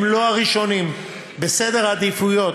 הם לא הראשונים בסדר העדיפויות